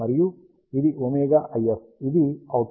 మరియు ఇది omega IF ఇది అవుట్పుట్